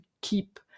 keep